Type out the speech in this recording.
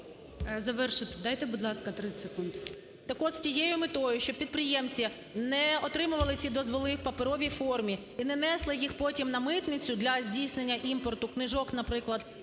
Завершуйте. Дайте, будь ласка, 30 секунд.